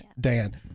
Dan